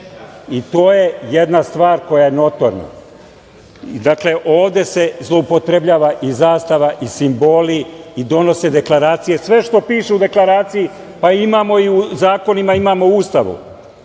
i to je jedna stvar koja je notorna. Dakle, ovde se zloupotrebljava i zastava i simboli i donose deklaracije. Sve što piše u deklaraciji imamo i u zakonima, imamo i u Ustavu.